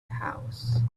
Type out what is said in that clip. house